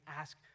ask